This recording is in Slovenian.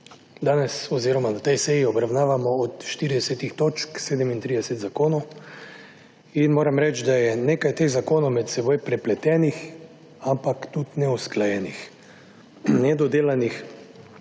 Danes oziroma na tej seji obravnavamo od 40 točk 37 zakonov in moram reči, da je nekaj teh zakonov med seboj prepletenih, ampak tudi neusklajenih. Nedodelanih.